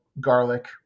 garlic